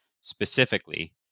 specifically